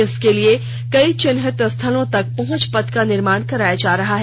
इसके लिए कई चिहिनत स्थलों तक पहुंच पथ का निर्माण कराया जा रहा है